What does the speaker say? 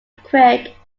quick